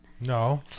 no